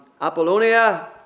Apollonia